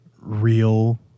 real